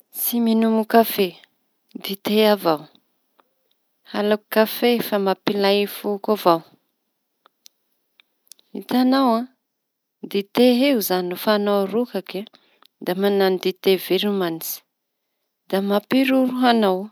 Tsy minomo kafe dite avao. Halako kafe fa mampilay foko avao hitañao an! Dite rehefa añao rokaky da mañano dit veromanitsy da miroro avao añao.